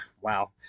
Wow